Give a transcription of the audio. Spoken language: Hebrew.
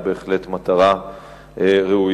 בהחלט מטרה ראויה.